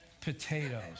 potatoes